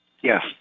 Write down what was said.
Yes